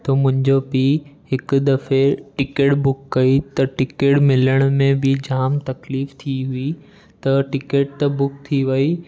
त मुंहिंजो पीउ हिकु दफ़े टिकेट बुक कई त टिकेट मिलण में बि जाम तकलीफ़ थी हुई त टिकेट त बुक थी वेई